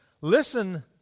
Listen